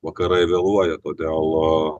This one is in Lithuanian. vakarai vėluoja todėl